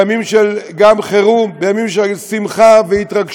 גם בימים של חירום, בימים של שמחה והתרגשות.